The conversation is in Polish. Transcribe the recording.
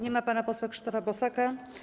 Nie ma pana posła Krzysztofa Bosaka.